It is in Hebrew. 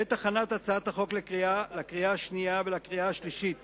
בעת הכנת הצעת החוק לקריאה השנייה ולקריאה השלישית